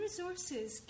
resources